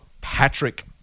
Patrick